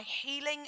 healing